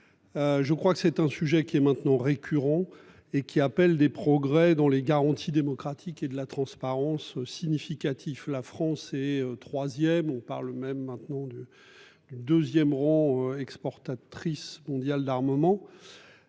Je crois que c'est un sujet qui est maintenant récurrent et qui appellent des progrès dans les garanties démocratiques et de la transparence significatif. La France et 3ème. On parle même maintenant de. 2ème rang exportatrice mondiale d'armement.